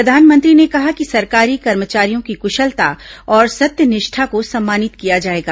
प्रधानमंत्री ने कहा कि सरकारी कर्मचारियों की कुशलता और सत्यनिष्ठा को सम्मानित किया जाएगा